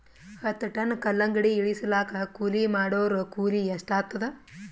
ಹತ್ತ ಟನ್ ಕಲ್ಲಂಗಡಿ ಇಳಿಸಲಾಕ ಕೂಲಿ ಮಾಡೊರ ಕೂಲಿ ಎಷ್ಟಾತಾದ?